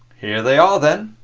here they are, then,